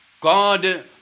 God